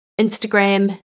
Instagram